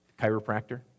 Chiropractor